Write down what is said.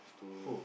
lepas itu